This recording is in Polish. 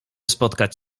spotkać